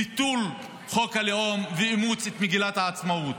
ביטול חוק הלאום ואימוץ מגילת העצמאות.